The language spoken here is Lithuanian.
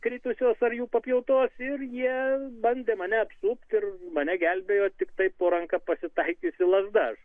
kritusios ar jų papjautos ir jie bandė mane apsupt ir mane gelbėjo tiktai po ranka pasitaikiusi lazda aš